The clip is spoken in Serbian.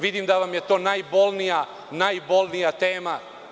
Vidim da vam je to najbolnija tema.